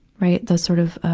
right. the sort of,